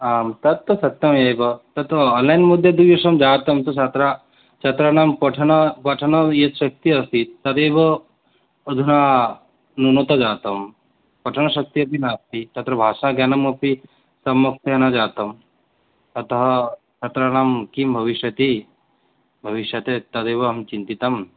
आं तत्तु सत्यमेव तत्तु आन्लैन् मध्ये डिविज़न् जातं तु छात्रा छात्राणां पठन पठनं यत् शक्तिः अस्ति तदेव अधुना न्यूनता जाता पठनशक्तिः अपि नास्ति तत्र विषयज्ञानमपि सम्यक्तया न जातम् अतः तत्र नाम किं भविष्यति भविष्यति तदेव अहं चिन्तितम्